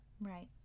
Right